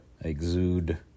exude